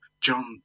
John